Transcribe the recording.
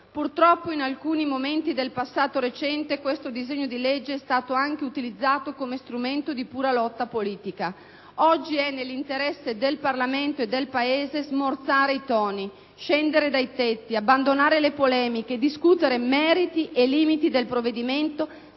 Purtroppo, in alcuni momenti del passato recente questo disegno di legge è stato anche utilizzato come strumento di pura lotta politica. Oggi è nell'interesse del Parlamento e del Paese smorzare i toni, scendere dai tetti, abbandonare le polemiche, discutere meriti e limiti del provvedimento